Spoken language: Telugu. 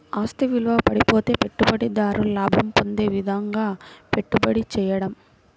ఆస్తి విలువ పడిపోతే పెట్టుబడిదారు లాభం పొందే విధంగాపెట్టుబడి చేయడం